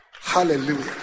Hallelujah